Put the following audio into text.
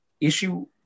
issue